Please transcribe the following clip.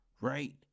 right